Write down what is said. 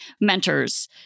mentors